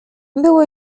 było